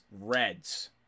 Reds